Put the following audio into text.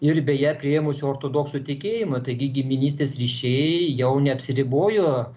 ir beje priėmusių ortodoksų tikėjimą taigi giminystės ryšiai jau neapsiribojo